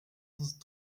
cent